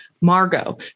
Margot